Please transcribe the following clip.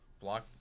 block